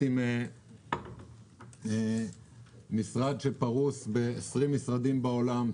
עם משרד שפרוס ב-20 משרדים בעולם.